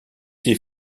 ces